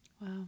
wow